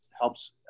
helps